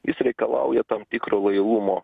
jis reikalauja tam tikro lojalumo